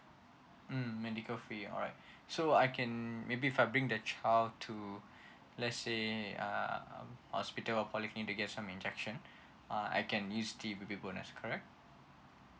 mm medical fee alright so I can mm maybe if I bring the child to let's say um hospital or polyclinic to get some injection uh I can use the baby bonus correct